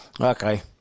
Okay